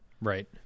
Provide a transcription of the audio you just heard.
Right